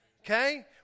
Okay